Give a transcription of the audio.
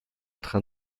train